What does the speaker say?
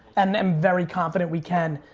and i'm very confident we can.